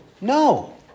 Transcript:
No